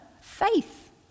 faith